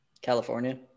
California